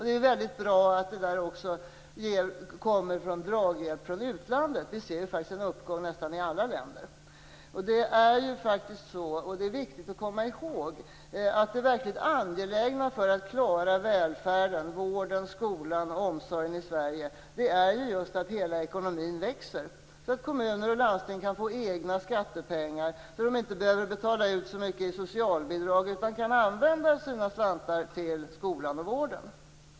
Det är väldigt bra att Sverige också får draghjälp av utlandet - vi ser faktiskt en uppgång i nästan alla länder. Det är viktigt att komma ihåg att det verkligt angelägna för att vi skall klara välfärden, vården, skolan och omsorgen, är att hela ekonomin växer, så att kommuner och landsting får egna skattepengar. Då behöver de inte betala ut så mycket pengar i socialbidrag utan kan använda sina slantar till skolan och vården.